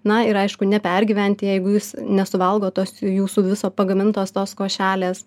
na ir aišku nepergyventi jeigu jis nesuvalgo tos jūsų viso pagamintos tos košelės